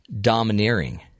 domineering